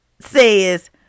says